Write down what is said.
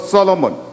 Solomon